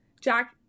Jack